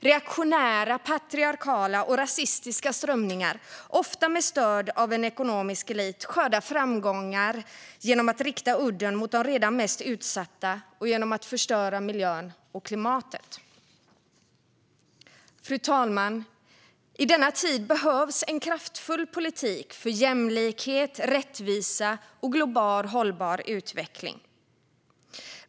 Reaktionära, patriarkala och rasistiska strömningar - ofta med stöd av en ekonomisk elit - skördar framgångar genom att rikta udden mot de redan mest utsatta och genom att förstöra miljön och klimatet. Fru talman! I denna tid behövs en kraftfull politik för jämlikhet, rättvisa och hållbar global utveckling.